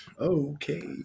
Okay